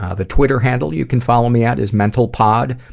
ah the twitter handle you can follow me at is mentalpod,